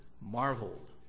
marveled